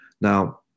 now